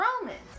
Romans